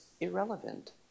irrelevant